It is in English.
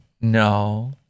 No